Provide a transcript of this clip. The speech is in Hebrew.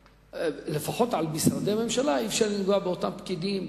לפחות במשרדי ממשלה אי-אפשר לגעת באותם פקידים,